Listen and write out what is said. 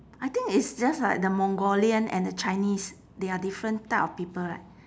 I think it's just like the mongolian and the chinese they are different type of people right